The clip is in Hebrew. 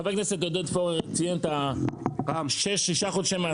חבר הכנסת עודד פורר ציין שישה חודשי מאסר.